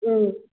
ꯎꯝ